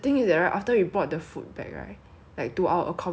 we ate the chicken then the chicken also got that smell